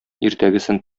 иртәгесен